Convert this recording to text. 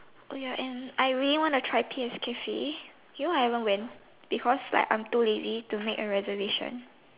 ya and I really want to try K_S Coffee did you ever went because I'm too lazy to make a reservation